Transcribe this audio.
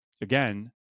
again